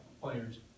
players